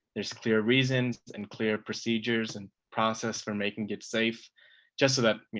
there's clear reasons and clear procedures and process for making it safe just so that, you